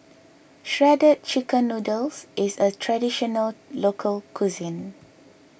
Shredded Chicken Noodles is a Traditional Local Cuisine